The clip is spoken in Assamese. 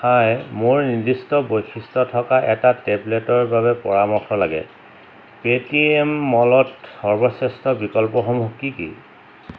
হাই মোৰ নিৰ্দিষ্ট বৈশিষ্ট্য থকা এটা টেবলেটৰ বাবে পৰামৰ্শ লাগে পে'টিএম মলত সৰ্বশ্ৰেষ্ঠ বিকল্পসমূহ কি কি